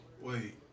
Wait